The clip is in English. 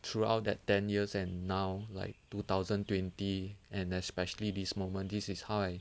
throughout that ten years and now like two thousand twenty and especially this moment this is how I